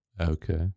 Okay